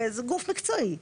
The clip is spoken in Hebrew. וזה גוף מקצועי.